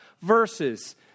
verses